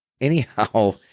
anyhow